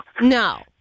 No